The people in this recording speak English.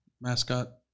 mascot